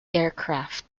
aircraft